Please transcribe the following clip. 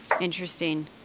interesting